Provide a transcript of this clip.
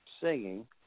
singing